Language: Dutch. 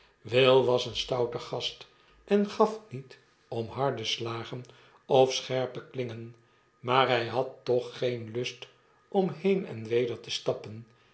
will was een stoute gast en gaf niet om harde slagen of scherpe klingen maar hy had toch geen lust om heen en weder te stappen